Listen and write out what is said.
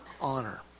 honor